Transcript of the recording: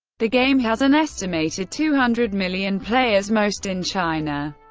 the game has an estimated two hundred million players, most in china,